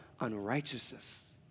unrighteousness